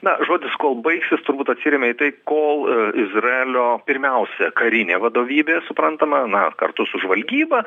na žodis kol baigsis turbūt atsiremia į tai kol a izraelio pirmiausia karinė vadovybė suprantama na kartu su žvalgyba